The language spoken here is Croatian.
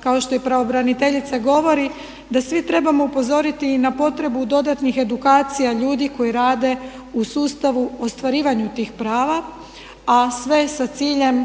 kao i što pravobraniteljica govori da svi trebamo upozoriti i na potrebu dodatnih edukacija ljudi koji rade u sustavu ostvarivanju tih prava a sve sa ciljem